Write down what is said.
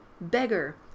Beggar